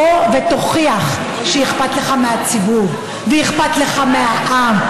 בוא ותוכיח שאכפת לך מהציבור ואכפת לך מהעם.